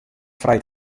frij